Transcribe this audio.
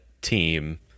team